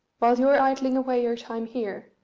while you're idling away your time here,